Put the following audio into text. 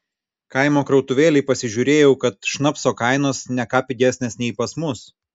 kaimo krautuvėlėj pasižiūrėjau kad šnapso kainos ne ką pigesnės nei pas mus